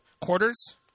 Quarters